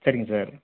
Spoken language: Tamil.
சரிங்க சார்